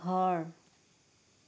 ঘৰ